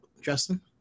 Justin